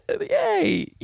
Yay